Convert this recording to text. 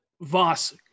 Voss